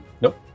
nope